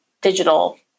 digital